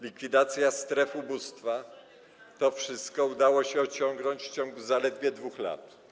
likwidacja stref ubóstwa - to wszystko udało się osiągnąć w ciągu zaledwie 2 lat.